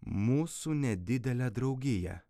mūsų nedidelę draugiją